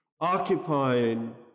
occupying